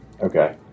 okay